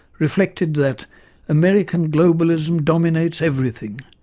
reflected that american globalism. dominates everything.